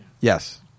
Yes